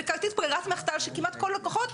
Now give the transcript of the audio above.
וכרטיס ברירת מחדל של כמעט כל הלקוחות,